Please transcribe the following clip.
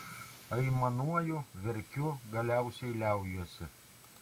aimanuoju verkiu galiausiai liaujuosi